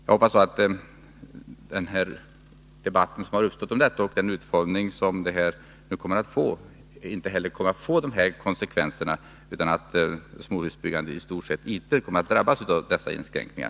Jag hoppas att den här debatten och utformningen av förslaget inte kommer att få konsekvenser av det här slaget och att småhusbyggandet i stort sett inte kommer att drabbas av dessa inskränkningar.